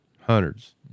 hundreds